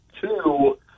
Two